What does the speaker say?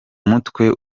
mutwe